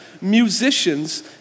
musicians